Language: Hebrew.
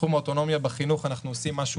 תחום האוטונומיה בחינוך אנחנו עושים משהו